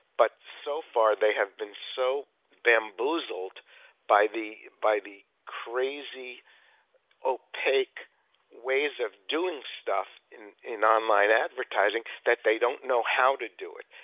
but so far they have been so bamboozled by the by the crazy opaque ways of doing stuff in in online advertising that they don't know how to do it.